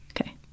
Okay